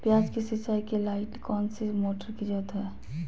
प्याज की सिंचाई के लाइट कौन सी मोटर की जरूरत है?